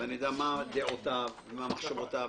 ואני יודע מה דעותיו ומה מחשבותיו.